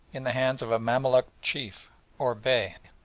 in the hands of a mamaluk chief or bey.